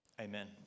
Amen